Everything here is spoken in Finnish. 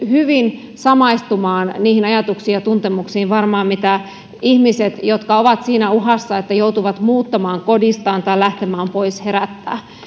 hyvin samastumaan niihin ajatuksiin ja tuntemuksiin mitä herää ihmisille jotka ovat siinä uhassa että joutuvat muuttamaan kodistaan tai lähtemään pois